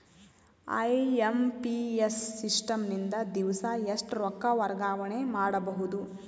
IMPS system ನಿಂದ ದಿವಸಾ ಎಷ್ಟ ರೊಕ್ಕ ವರ್ಗಾವಣೆ ಮಾಡಬಹುದು?